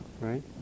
right